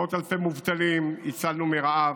מאות אלפי מובטלים הצלנו מרעב,